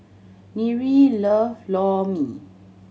Nyree love Lor Mee